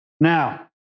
now